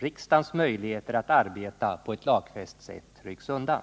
riksdagens möjligheter att arbeta på lagfäst sätt undanrycks genom regeringens handlande.